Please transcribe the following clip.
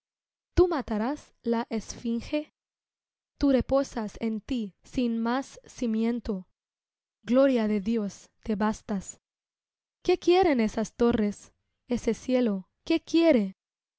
tú matarás la esfinge tú reposas en ti sin más cimiento gloria de dios te bastas qué quieren esas torres ese cielo qué quiere